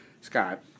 Scott